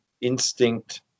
instinct